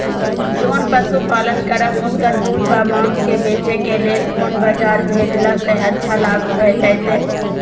जोन पशु पालन करब उनकर दूध व माँस के बेचे के लेल कोन बाजार भेजला सँ अच्छा लाभ भेटैत?